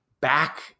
back